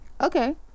Okay